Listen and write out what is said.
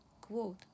Quote